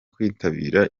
kwitabira